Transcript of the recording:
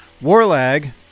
Warlag